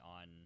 on